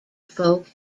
folk